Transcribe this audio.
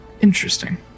Interesting